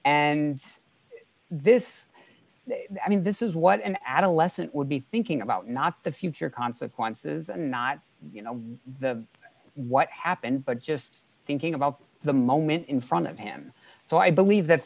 and this i mean this is what an adolescent would be thinking about not the future consequences and not the what happened but just thinking about the moment in front of him so i believe that